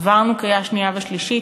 עברנו קריאה שנייה ושלישית.